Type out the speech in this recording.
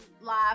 live